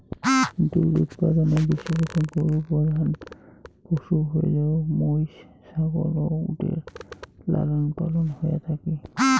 দুধ উৎপাদনে বিশেষতঃ গরু প্রধান পশু হইলেও মৈষ, ছাগল ও উটের লালনপালন হয়া থাকি